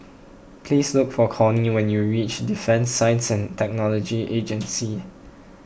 please look for Cornie when you reach Defence Science and Technology Agency